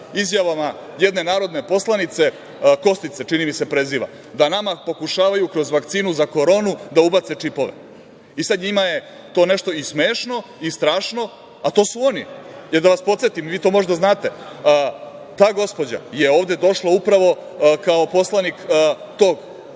izjavama jedne narodne poslanice, Kostić se, čini mi se, preziva, da nama pokušavaju kroz vakcinu za koronu da ubace čipove. I sad njima je to nešto i smešno i strašno, a to su oni. Jer, da vas podsetim, vi to možda znate, ta gospođa je ovde došla upravo kao poslanik tog